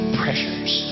pressures